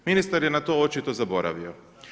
Ministar je na to očito zaboravio.